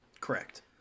Correct